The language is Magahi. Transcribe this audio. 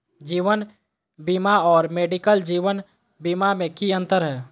जीवन बीमा और मेडिकल जीवन बीमा में की अंतर है?